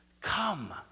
Come